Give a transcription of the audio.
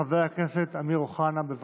חבר הכנסת אמיר אוחנה, בבקשה.